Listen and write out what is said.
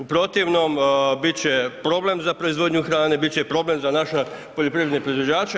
U protivnom, bit će problem za proizvodnju hrane, bit će problem za naše poljoprivredne proizvođače.